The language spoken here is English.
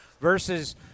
versus